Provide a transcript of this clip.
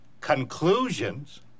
conclusions